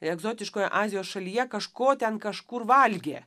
egzotiškoje azijos šalyje kažko ten kažkur valgė